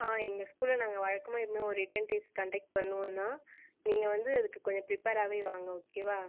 ஆ எங்கள் ஸ்கூலில் நாங்கள் வழக்கமாக எப்பவுமே ஒரு ரிட்டன் டெஸ்ட் கண்டெக்ட் பண்ணுவோம் தான் நீங்கள் வந்து அதுக்கு கொஞ்சம் ப்ரிப்பேராகவே வாங்க ஓகேவா